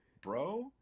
bro